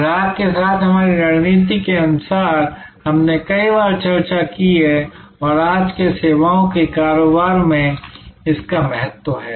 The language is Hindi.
ग्राहक के साथ हमारी रणनीति के अनुसार हमने कई बार चर्चा की है और आज के सेवाओं के कारोबार में इसका महत्व है